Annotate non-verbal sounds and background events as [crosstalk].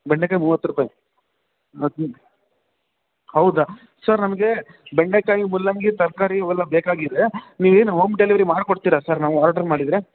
ಬೆಂಡೆಕಾಯಿ ಮೂವತ್ತು ರೂಪಾಯಿ [unintelligible] ಹೌದಾ ಸರ್ ನಮಗೆ ಬೆಂಡೆಕಾಯಿ ಮೂಲಂಗಿ ತರಕಾರಿ ಇವೆಲ್ಲ ಬೇಕಾಗಿದೆ ನೀವೇನು ಓಮ್ ಡೆಲಿವರಿ ಮಾಡಿ ಕೊಡ್ತೀರಾ ಸರ್ ನಾವು ಆರ್ಡ್ರು ಮಾಡಿದರೆ